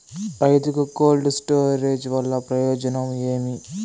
రైతుకు cold storage వల్ల ప్రయోజనం ఏమి?